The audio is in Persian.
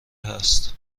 است